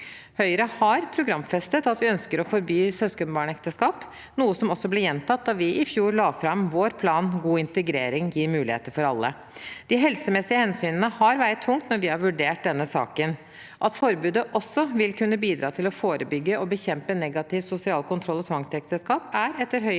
Høyre har programfestet at vi ønsker å forby søskenbarnekteskap, noe som også ble gjentatt da vi i fjor la fram vår plan God integrering gir muligheter for alle. De helsemessige hensynene har veid tungt når vi har vurdert denne saken. At forbudet også vil kunne bidra til å forebygge og bekjempe negativ sosial kontroll og tvangsekteskap, er etter Høyres